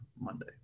Monday